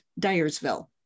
Dyersville